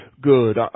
good